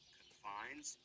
confines